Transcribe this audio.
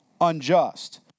Unjust